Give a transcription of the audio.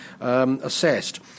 Assessed